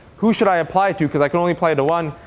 who should i apply to, because i can only apply to one?